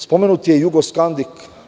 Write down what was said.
Spomenut je i „Jugoskandik“